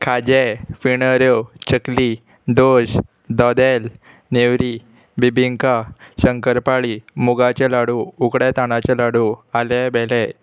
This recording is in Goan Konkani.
खाजें फेणोऱ्यो चकली दोश दोदेल नेवरी बिबिंका शंकरपाळी मुगाचे लाडू उकड्या ताणाचे लाडू आले बेले